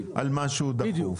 עשייה על משהו דחוף".